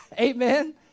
Amen